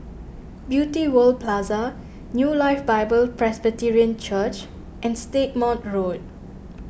Beauty World Plaza New Life Bible Presbyterian Church and Stagmont Road